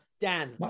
Dan